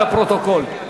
לפרוטוקול.